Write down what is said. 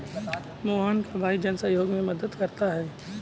मोहन का भाई जन सहयोग में मदद करता है